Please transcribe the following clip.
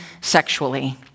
sexually